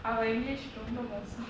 our english ரொம்பமோசம்:romba mosam